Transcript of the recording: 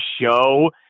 show